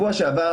בשבוע שעבר,